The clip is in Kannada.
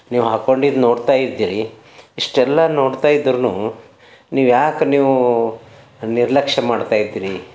ನೀವು ಹಾಕೊಂಡಿದ್ದು ನೋಡ್ತಾಯಿದ್ರಿ ಇಷ್ಟೆಲ್ಲ ನೋಡ್ತಾಯಿದ್ದರೂನು ನೀವು ಯಾಕೆ ನೀವೂ ನಿರ್ಲಕ್ಷ್ಯ ಮಾಡ್ತಾಯಿದ್ದಿರಿ